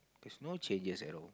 there's no changes at all